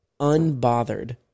unbothered